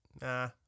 Nah